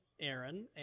aaron